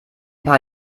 paar